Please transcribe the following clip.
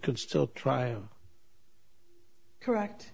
could still try a correct